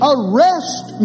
Arrest